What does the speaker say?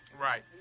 Right